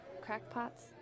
Crackpots